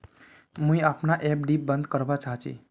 मुई अपना एफ.डी बंद करवा चहची